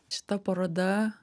šita paroda